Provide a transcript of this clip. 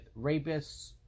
rapists